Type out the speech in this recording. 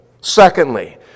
Secondly